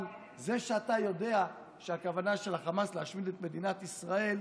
אבל זה שאתה יודע שהכוונה של החמאס היא להשמיד את מדינת ישראל,